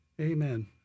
Amen